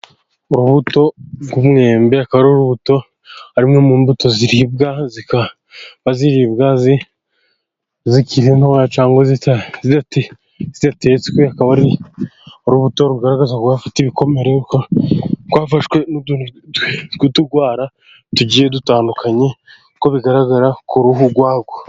Urubuto rw'umwembe aka ari urubuto, ari imwe mu mbuto ziribwa, zikaba ziribwa zikiri nto, cyangwa zitetswe akaba ari urubuto rugaragaza ko rufite ibikomere rwafashwe n'uturwara tugiye dutandukanye, uko bigaragara ku ruhu rwawo.